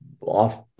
off